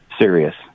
serious